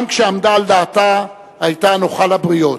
גם כשעמדה על דעתה היתה נוחה לבריות.